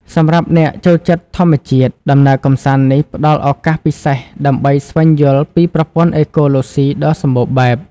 សម្រាប់អ្នកចូលចិត្តធម្មជាតិ ដំណើរកម្សាន្តនេះផ្តល់ឱកាសពិសេសដើម្បីស្វែងយល់ពីប្រព័ន្ធអេកូឡូស៊ីដ៏សម្បូរបែប។